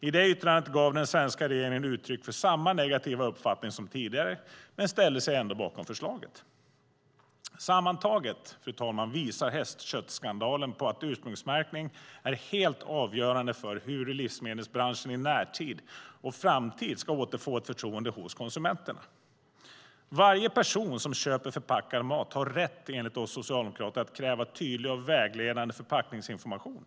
I det yttrandet gav den svenska regeringen uttryck för samma negativa uppfattning som tidigare men ställde sig ändå bakom förslaget. Fru talman! Sammantaget visar hästköttsskandalen på att ursprungsmärkning är helt avgörande för hur livsmedelsbranschen i närtid och framtid ska återfå ett förtroende hos konsumenterna. Varje person som köper förpackad mat har enligt oss socialdemokrater rätt att kräva tydlig och vägledande förpackningsinformation.